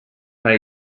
fra